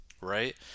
right